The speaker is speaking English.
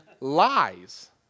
lies